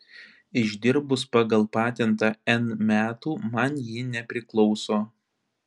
išdirbus pagal patentą n metų man ji nepriklauso